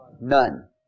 None